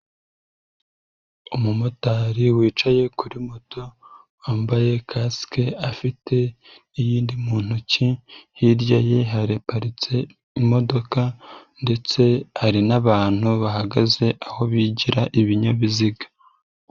Umumotari wicaye kuri moto wambaye kasike, afite iyindi mu ntoki hirya ye haparitse imodoka ndetse hari n'abantu bahagaze aho bigira ibinyabiziga.